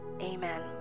amen